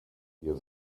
ihr